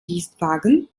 dienstwagen